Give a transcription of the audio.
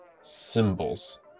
symbols